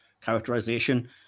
characterization